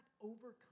overcome